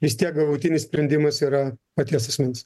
vis tiek galutinis sprendimas yra paties asmens